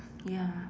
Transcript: ya